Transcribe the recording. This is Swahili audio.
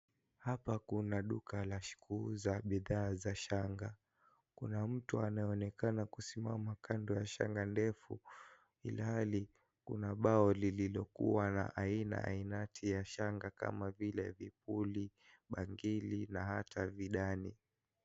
Hapa kuna duka la kuuza bidhaa za shanga. Kuna mtu anyeonekana kusimama kando ya shanga ndefu ilhali kuna mbao lililokuwa la aina ainati ya shanga kama vile vikuli bagili na ata vidani.